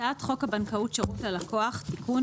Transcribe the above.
"הצעת חוק הבנקאות (שירות ללקוח) (תיקון,